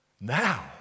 Now